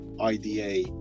IDA